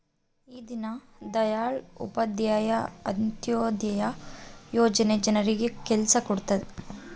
ಈ ದೀನ್ ದಯಾಳ್ ಉಪಾಧ್ಯಾಯ ಅಂತ್ಯೋದಯ ಯೋಜನೆ ಜನರಿಗೆ ಕೈ ಕೆಲ್ಸ ಕೊಡುತ್ತೆ